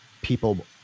people